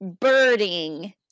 birding